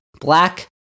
black